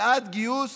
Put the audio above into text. בעד גיוס